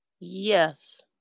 yes